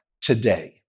today